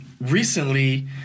recently